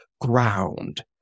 ground